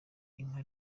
inka